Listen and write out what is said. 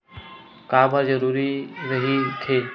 का बार जरूरी रहि थे?